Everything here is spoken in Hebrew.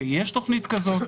תוכנית כזאת,